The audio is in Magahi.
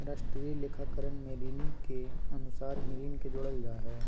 राष्ट्रीय लेखाकरण में ऋणि के अनुसार ही ऋण के जोड़ल जा हइ